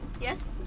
Yes